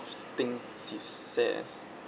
s thing she says